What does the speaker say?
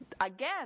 Again